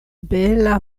bela